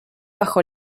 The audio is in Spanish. bajo